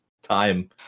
time